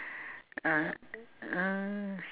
uh uh